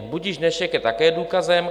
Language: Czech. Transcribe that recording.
Budiž, dnešek je také důkazem.